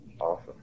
Awesome